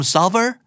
Solver